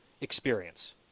experience